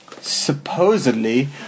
supposedly